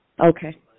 Okay